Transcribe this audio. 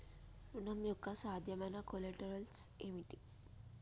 ఋణం యొక్క సాధ్యమైన కొలేటరల్స్ ఏమిటి?